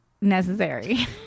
necessary